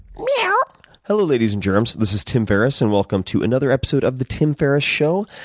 yeah hello, ladies and germs. this is tim ferriss, and welcome to another episode of the tim ferriss show.